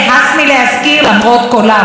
אין שוויון, אדוני ראש הממשלה.